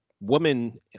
woman